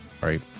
right